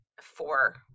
four